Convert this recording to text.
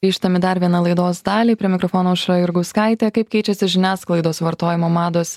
grįžtam į dar vieną laidos dalį prie mikrofono aušra jurgauskaitė kaip keičiasi žiniasklaidos vartojimo mados